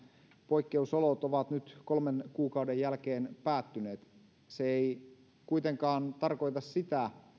poikkeusolot ovat nyt kolmen kuukauden jälkeen päättyneet se ei kuitenkaan tarkoita sitä